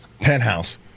penthouse